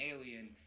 alien